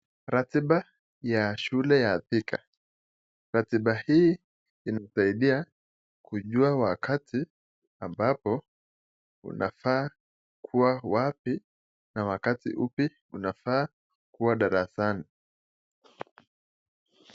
Ratiba ya shule ya Thika. Ratiba hii inasaidia kujua wakati ambapo unafaa kuwa wapi na wakati upi unafaa kuwa darasani.